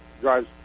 drives